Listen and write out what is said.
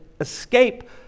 escape